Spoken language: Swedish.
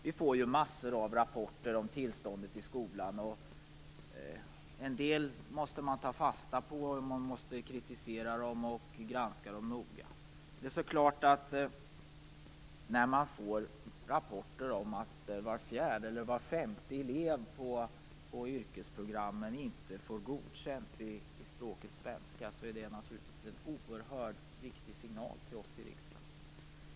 Vi får mängder med rapporter om tillståndet i skolan. Vissa måste man ta fasta på och andra måste man kritisera och granska noga. Det står klart att när man får en rapport om att var fjärde eller var femte elev inom yrkesprogrammen inte får godkänt i språket svenska, så är detta naturligtvis en oerhört viktig signal till oss i riksdagen.